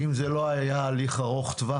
אם זה לא היה הליך ארוך טווח,